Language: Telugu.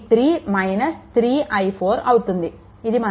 ఇది మన సమీకరణం 3